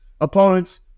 opponents